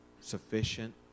sufficient